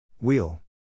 Wheel